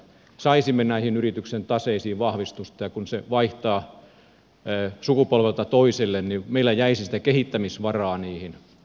saisimme näihin yritysten taseisiin vahvistusta ja kun se vaihtaa sukupolvelta toiselle niin meillä jäisi sitä kehittämisvaraa niihin